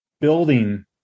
building